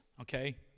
okay